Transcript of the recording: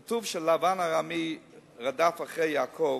כתוב שלבן הארמי רדף אחרי יעקב.